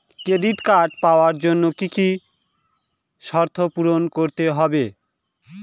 Credit card পাওয়ার জন্য কি কি শর্ত পূরণ করতে হবে?